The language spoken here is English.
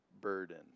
burden